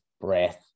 breath